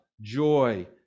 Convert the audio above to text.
joy